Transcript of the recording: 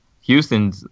Houston